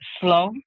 Slow